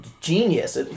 Genius